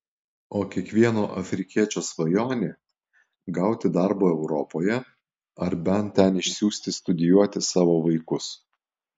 o kiekvieno afrikiečio svajonė gauti darbo europoje ar bent ten išsiųsti studijuoti savo vaikus